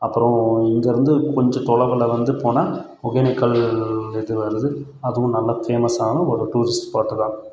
அப்புறம் இங்கிருந்து கொஞ்சம் தொலைவில் வந்து போனால் ஒகேனக்கல் இது வருது அதுவும் நல்ல ஃபேமஸான ஒரு டூரிஸ்ட் ஸ்பாட்டு தான்